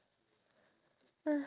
iya